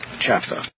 chapter